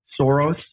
Soros